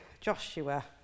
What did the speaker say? Joshua